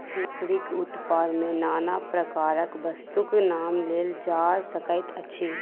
लकड़ीक उत्पाद मे नाना प्रकारक वस्तुक नाम लेल जा सकैत अछि